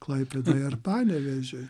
klaipėdai ar panevėžiui